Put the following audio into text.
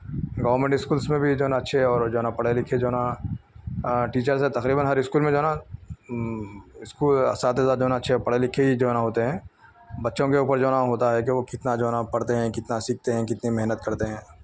government schools میں بھی جو ہے نہ اچھے اور جو ہے نہ پڑھے لکھے جو ہے نہ ٹیچرس ہے تقریباً ہر اسکول میں جو ہے نہ اس کو اساتذہ دونوں اچھے پڑھے لکھے ہی جو ہے نہ ہوتے ہیں بچوں کے اوپر جو ہے نہ ہوتا ہے کہ وہ کتنا جو ہے نہ پڑھتے ہیں کتنا سیکھتے ہیں کتنی محنت کرتے ہیں